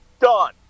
done